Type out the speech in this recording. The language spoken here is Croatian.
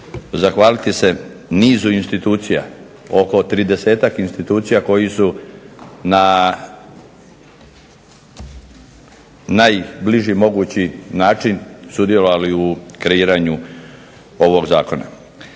zahvaliti se nizu institucija, oko tridesetak institucija koji su na najbliži mogući način sudjelovali u kreiranju ovog zakona.